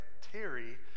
Terry